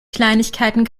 kleinigkeiten